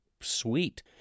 sweet